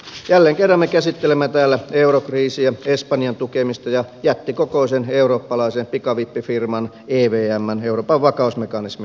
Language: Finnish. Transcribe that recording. jälleen kerran me käsittelemme täällä eurokriisiä espanjan tukemista ja jättikokoisen eurooppalaisen pikavippifirman evmn euroopan vakausmekanismin luomista